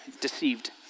deceived